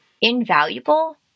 Invaluable